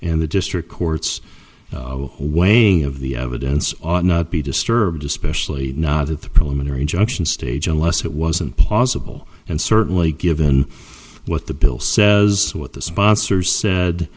and the district courts weighing of the evidence ought not be disturbed especially not at the preliminary injunction stage unless it wasn't possible and certainly given what the bill says what the sponsor said